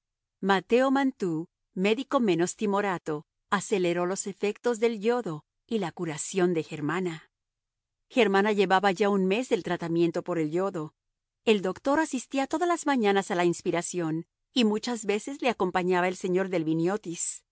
mateo mantoux médico menos timorato aceleró los efectos del yodo y la curación de germana germana llevaba ya un mes del tratamiento por el yodo el doctor asistía todas las mañanas a la inspiración y muchas veces le acompañaba el señor